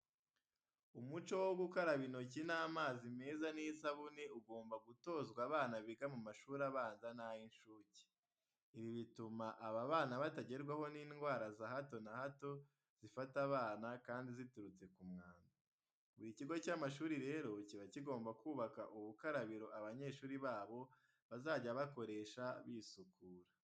Umuco wo gukaraba intoki n'amazi meza n'isabune ugomba gutozwa abana biga mu mashuri abanza n'ay'incuke. Ibi bituma aba bana batagerwaho n'indwara za hato na hato zifata abana kandi ziturutse ku mwanda. Buri kigo cy'amashuri rero kiba kigomba kubaka ubukarabiro abanyeshuri babo bazajya bakoresha bisukura.